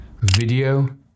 video